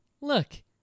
look